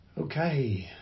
Okay